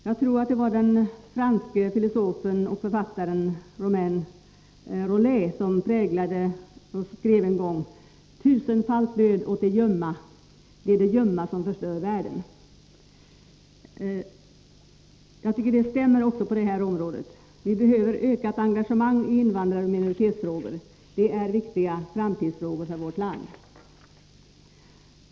Jag tror det var den franske författaren och filosofen Romain Rolland som präglade uttrycket: ”Tusenfalt död åt de ljumma, det är de ljumma som förstör världen.” Det stämmer också på det här området. Vi behöver ökat engagemang i invandraroch minoritetsfrågor. Det är viktiga framtidsfrågor för vårt land.